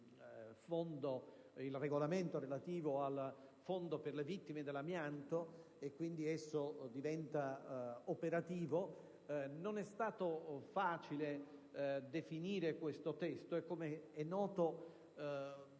il regolamento relativo al fondo per le vittime dell'amianto che, quindi, diventa operativo. Non è stato facile definire questo testo. Com'è noto,